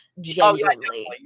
Genuinely